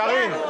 בבקשה, קארין.